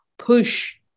push